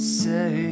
say